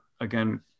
again